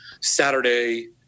Saturday